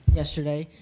yesterday